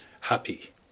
happy